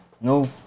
no